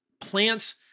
plants